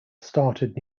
started